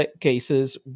cases